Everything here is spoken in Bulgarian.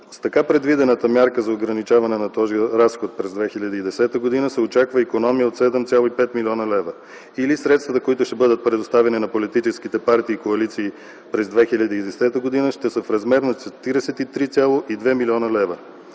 С така предвидената мярка за ограничаване на този разход през 2010 г. се очаква икономия от 7,5 млн. лв. или средствата, които ще бъдат представени на политическите партии и коалиции през 2010 г. ще са в размер на 43,2 млн. лв.